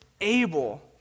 able